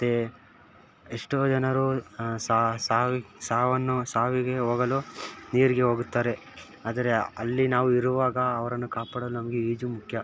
ಮತ್ತೆ ಎಷ್ಟೋ ಜನರು ಸಾವಿಗೆ ಸಾವನ್ನೂ ಸಾವಿಗೆ ಹೋಗಲು ನೀರಿಗೆ ಹೋಗುತ್ತಾರೆ ಆದರೆ ಅಲ್ಲಿ ನಾವಿರುವಾಗ ಅವರನ್ನು ಕಾಪಾಡಲು ನಮಗೆ ಈಜು ಮುಖ್ಯ